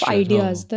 ideas